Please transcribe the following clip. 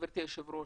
גברתי היושבת ראש,